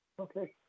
Okay